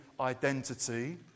identity